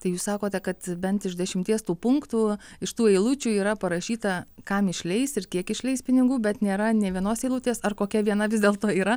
tai jūs sakote kad bent iš dešimties tų punktų iš tų eilučių yra parašyta kam išleis ir kiek išleis pinigų bet nėra nė vienos eilutės ar kokia viena vis dėlto yra